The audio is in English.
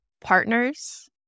partners